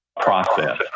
process